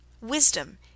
Wisdom